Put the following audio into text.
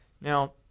Now